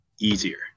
easier